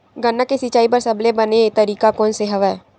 गन्ना के सिंचाई बर सबले बने तरीका कोन से हवय?